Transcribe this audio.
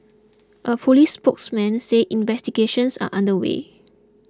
a police spokesman said investigations are under way